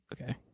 okay